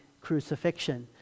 crucifixion